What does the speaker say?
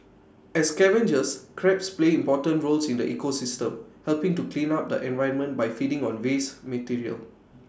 as scavengers crabs play important roles in the ecosystem helping to clean up the environment by feeding on waste material